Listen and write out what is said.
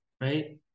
right